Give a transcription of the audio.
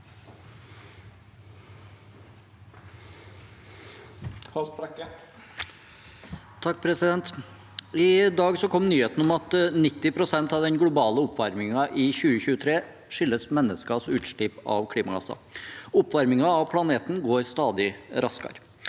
sa- ken): I dag kom nyheten om at 90 pst. av den globale oppvarmingen i 2023 skyldes menneskers utslipp av klimagasser. Oppvarmingen av planeten går stadig raskere.